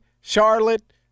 Charlotte